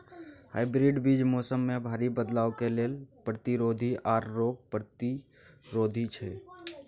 hybrid बीज मौसम में भारी बदलाव के लेल प्रतिरोधी आर रोग प्रतिरोधी छै